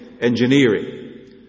Engineering